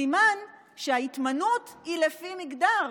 סימן שההתמנות היא לפי מגדר,